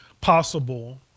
possible